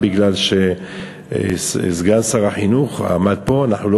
כי סגן שר החינוך אמר פה: אנחנו לא